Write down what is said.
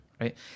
right